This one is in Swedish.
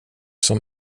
som